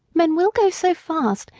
men will go so fast,